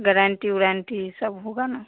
guarantee उरांटी सब होगा ना